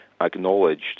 acknowledged